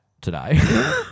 today